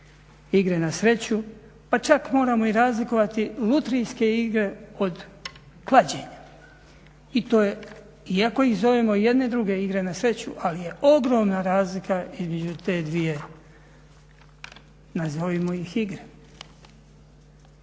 igre na sreću, pa čak moramo i razlikovati lutrijske igre od klađenja i to je, iako ih zovemo jedne i druge igre na sreću ali je ogromna razlika između te dvije nazovimo ih igre.